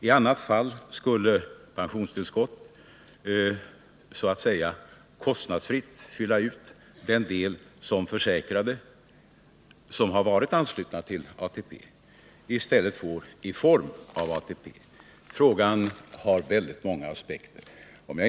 I annat fall skulle pensionstillskott så att säga kostnadsfritt fylla ut den del som försäkrade, vilka har varit anslutna till ATP, i stället får i form av ATP. Denna fråga har många aspekter.